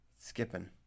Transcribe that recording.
skipping